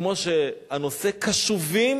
כמו הנושא, קשובים